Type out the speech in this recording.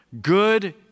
good